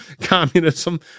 communism